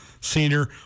senior